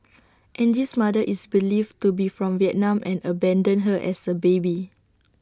Angie's mother is believed to be from Vietnam and abandoned her as A baby